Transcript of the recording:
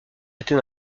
était